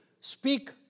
speak